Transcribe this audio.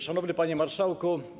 Szanowny Panie Marszałku!